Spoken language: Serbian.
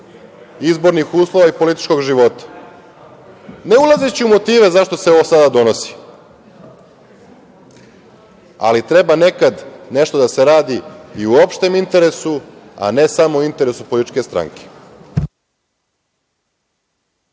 izbornih uslova i političkog života. Ne ulazeći u motive zašto se ovo sada donosi, ali treba nekad nešto da se radi u opštem interesu, a ne samo u interesu političke stranke.